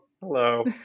Hello